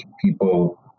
people